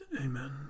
Amen